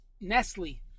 Nestle